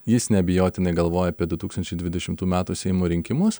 jis neabejotinai galvoja apie du tūkstančiai dvidešimtų metų seimo rinkimus